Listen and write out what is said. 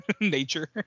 nature